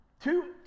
Two